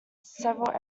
several